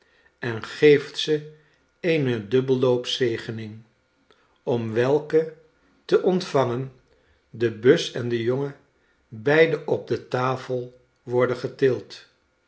en geeft ze eene dubbelloops zegening om welke te ontvangen de bus en de jongen beiden op de tafel worden getild